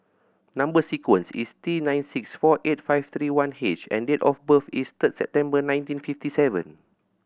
number sequence is T nine six four eight five three one H and date of birth is third September nineteen fifty seven